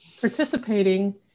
participating